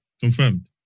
confirmed